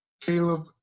Caleb